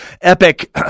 epic